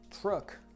truck